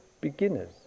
beginners